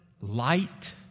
light